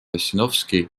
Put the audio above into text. ossinovski